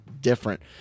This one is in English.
different